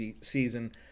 season